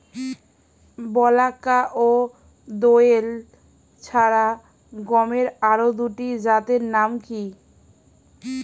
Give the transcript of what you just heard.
বলাকা ও দোয়েল ছাড়া গমের আরো দুটি জাতের নাম কি?